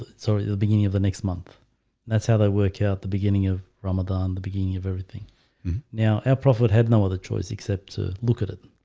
ah sorry the beginning of the next month that's how they work out the beginning of ramadan the beginning of everything mmm now our prophet had no other choice except to look at it